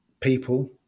people